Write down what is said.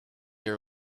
your